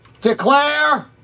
declare